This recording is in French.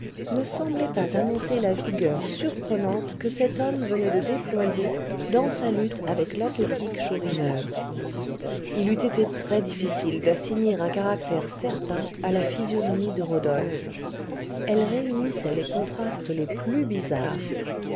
ne semblait pas annoncer la vigueur surprenante que cet homme venait de déployer dans sa lutte avec l'athlétique chourineur il eût été très-difficile d'assigner un caractère certain à la physionomie de rodolphe elle réunissait les contrastes les plus bizarres